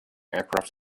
aircraft